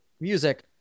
music